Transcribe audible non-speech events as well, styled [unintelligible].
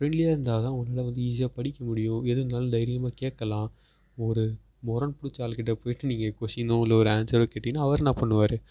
ஃப்ரெண்ட்லியாக இருந்தால் தான் [unintelligible] வந்து ஈஸியாக படிக்க முடியும் எது இருந்தாலும் தைரியமாக கேட்கலாம் ஒரு மொரண்டு பிடிச்ச ஆளுக்கிட்ட போயிட்டு நீங்கள் கொஸ்டீனோ இல்லை ஒரு ஆன்சரோ கேட்டிங்கன்னா அவர் என்ன பண்ணுவார்